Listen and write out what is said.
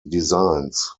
designs